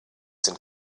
sind